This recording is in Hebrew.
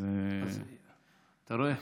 אתה רואה?